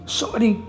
sorry